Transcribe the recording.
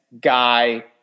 guy